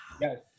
Yes